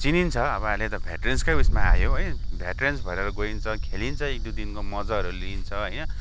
चिनिन्छ अब अहिले त भेट्रेन्सकै उयसमा आयो है भेट्रेन्स भनेर गइन्छ खेलिन्छ एक दुई दिनको मजाहरू लिइन्छ है